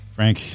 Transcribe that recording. Frank